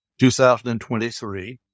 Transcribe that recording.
2023